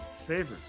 favorites